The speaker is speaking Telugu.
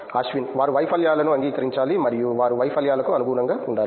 అశ్విన్ వారు వైఫల్యాలను అంగీకరించాలి మరియు వారు వైఫల్యాలకు అనుగుణంగా ఉండాలి